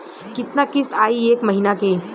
कितना किस्त आई एक महीना के?